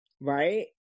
Right